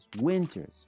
winters